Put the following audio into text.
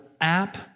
app